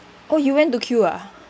oh you went to queue ah